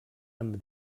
amb